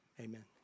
amen